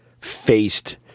faced